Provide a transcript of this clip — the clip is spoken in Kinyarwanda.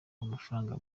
amafaranga